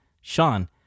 Sean